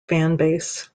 fanbase